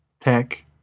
tech